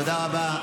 תודה רבה.